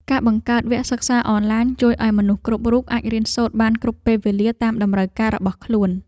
ការបង្កើតវគ្គសិក្សាអនឡាញជួយឱ្យមនុស្សគ្រប់រូបអាចរៀនសូត្របានគ្រប់ពេលវេលាតាមតម្រូវការរបស់ខ្លួន។